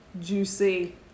juicy